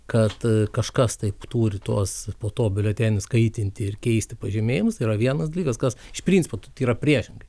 kad kažkas taip turi tuos po to biuletenius kaitinti ir keisti pažymėjimus tai yra vienas dalykas kas iš principo yra priešingai